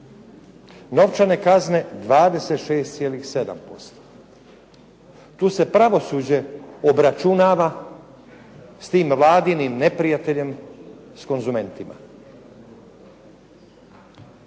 novčane kazne 26,7%. Tu se pravosuđe obračunava s tim Vladinim neprijateljem, s konzumentima,